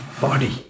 body